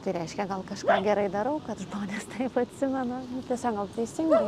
tai reiškia gal kažką gerai darau kad žmonės taip atsimena nu tiesiog gal teisingai